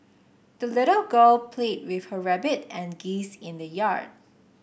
the little girl played with her rabbit and geese in the yard